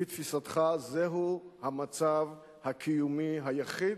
לפי תפיסתך זהו המצב הקיומי היחיד,